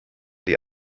die